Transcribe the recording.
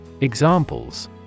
Examples